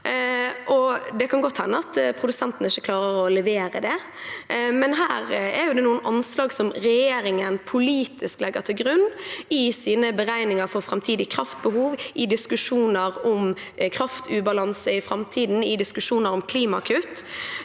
Det kan godt hende at produsentene ikke klarer å levere det, men her er det noen anslag som regjeringen politisk legger til grunn i sine beregninger for framtidige kraftbehov, i diskusjoner om kraftubalanse i framtiden og i diskusjoner om klimakutt,